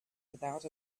without